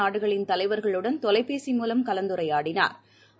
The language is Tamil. நாடுகளின் தலைவர்களுடன் தொலைபேசி மூலம் கலந்துரையாடினாா்